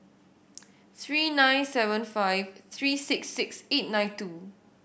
three nine seven five three six six eight nine two